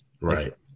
Right